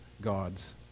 god's